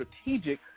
strategic